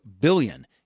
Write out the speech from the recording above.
billion